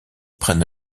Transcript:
prenne